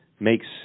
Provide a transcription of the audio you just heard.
makes